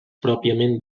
pròpiament